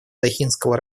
дохинского